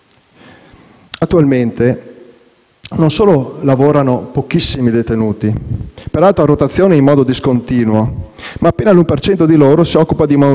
non solo lavorano pochissimi detenuti, peraltro a rotazione e in modo discontinuo, ma appena l'1 per cento di loro si occupa di manutenzione ordinaria dei fabbricati,